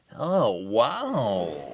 oh, wow,